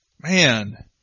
man